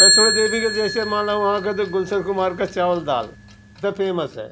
वैष्णो देवी के जैसे माला वहाँ का तो गुलशन कुमार का चावल दाल इतना फेमस है